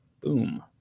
Boom